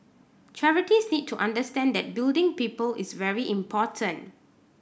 charities need to understand that building people is very important